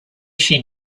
she